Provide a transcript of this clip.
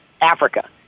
Africa